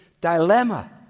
dilemma